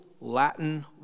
Latin